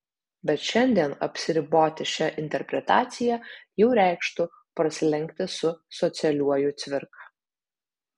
bet šiandien apsiriboti šia interpretacija jau reikštų prasilenkti su socialiuoju cvirka